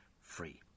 free